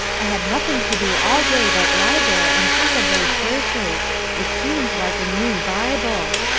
i had nothing to do all day but lie there and think of those verses it seemed like a new bible.